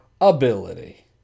ability